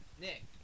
Nick